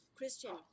Christian